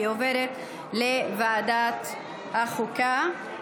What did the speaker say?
והיא עוברת לוועדת החוקה,